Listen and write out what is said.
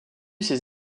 ses